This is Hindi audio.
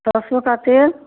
सरसों का तेल